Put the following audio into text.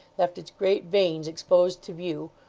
left its great veins exposed to view,